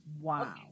Wow